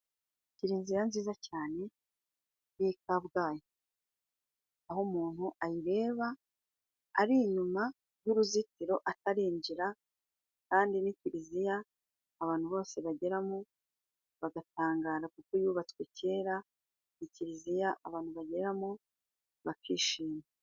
Kiliziya nziza cyane y'i Kabgayi, aho umuntu ayireba ari inyuma y'uruzitiro atarinjira, kandi ni kiliziya abantu bose bageramo bagatangara, kuko yubatswe kera, ni kiliziya abantu bageramo bakishima.